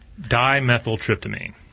Dimethyltryptamine